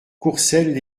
courcelles